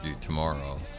tomorrow